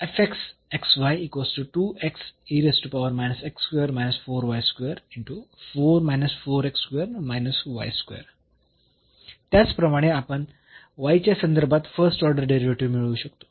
त्याचप्रमाणे आपण y च्या संदर्भात फर्स्ट ऑर्डर डेरिव्हेटिव्ह मिळवू शकतो